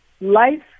life